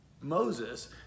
Moses